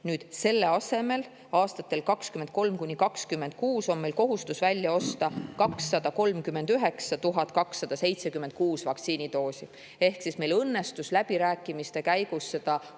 nüüd selle asemel aastatel 2023–2026 on meil kohustus välja osta 239 276 vaktsiinidoosi. Ehk siis meil õnnestus läbirääkimiste käigus seda